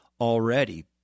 already